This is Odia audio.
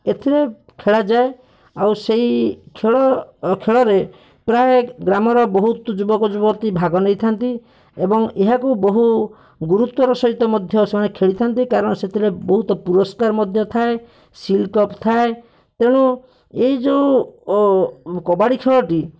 ଏଥିରେ ଖେଳାଯାଏ ଆଉ ସେହି ଖେଳ ଖେଳରେ ପ୍ରାୟ ଗ୍ରାମର ବହୁତ ଯୁବକ ଯୁବତୀ ଭାଗ ନେଇଥାନ୍ତି ଏବଂ ଏହାକୁ ବହୁ ଗରୁତ୍ଵର ସହିତ ମଧ୍ୟ ଖେଳିଥାନ୍ତେ କାରଣ ସେଥିରେ ବହୁତ ପୁରସ୍କାର ମଧ୍ୟ ଥାଏ ଶିଲ୍କପ୍ ଥାଏ ତେଣୁ ଏହି ଯେଉଁ କବାଡ଼ି ଖେଳଟି